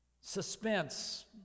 Suspense